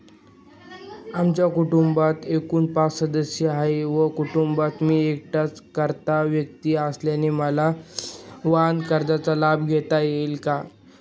आमच्या कुटुंबात एकूण पाच सदस्य आहेत व कुटुंबात मी एकटाच कर्ता व्यक्ती असल्याने मला वाहनकर्जाचा लाभ घेता येईल का?